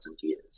years